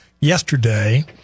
yesterday